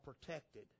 protected